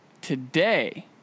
today